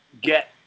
get